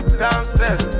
downstairs